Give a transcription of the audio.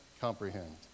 comprehend